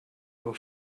your